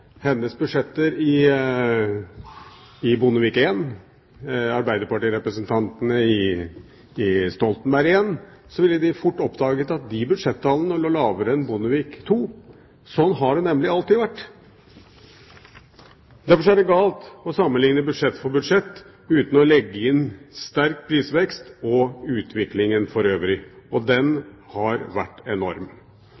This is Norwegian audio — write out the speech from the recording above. hennes budsjetter i Bondevik I og arbeiderpartirepresentantene på budsjettene i Stoltenberg I, ville de fort oppdaget at de budsjettallene lå lavere enn i Bondevik II. Sånn har det nemlig alltid vært. Derfor er det galt å sammenligne budsjett for budsjett uten å legge inn sterk prisvekst og utviklingen for øvrig. Den